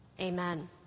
Amen